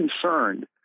concerned